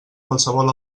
qualsevol